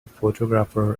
photographer